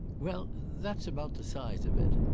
well, that's about the size of it.